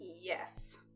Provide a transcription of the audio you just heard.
Yes